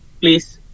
please